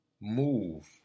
move